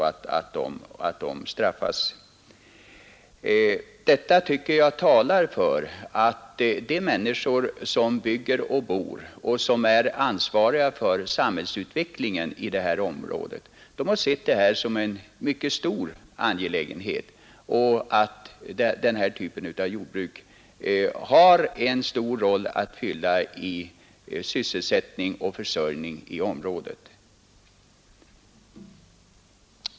Att kommunerna i alla fall sökt ge stöd tycker jag talar för att de människor som bygger och bor och som är ansvariga för samhällsutvecklingen i inlandet har sett detta som en mycket betydelsefull angelägenhet. Den typen av jordbruk har en stor uppgift att fylla för sysselsättningen och försörjningen i området.